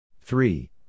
three